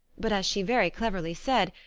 but as she very cleverly said,